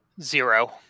Zero